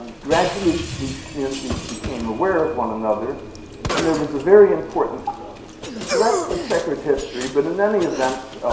and gradually these communities became aware of one another and there was a very important conference um so that's a checkered history but in any event